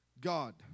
God